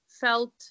felt